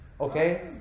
Okay